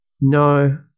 no